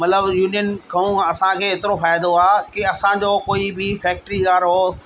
मतलबु यूनियन खां असांखे एतिरो फ़ाइदो आहे कि असांजो कोई बि फैक्ट्री वारो